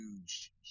huge